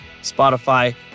Spotify